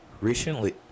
Recently